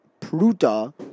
pruta